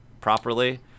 properly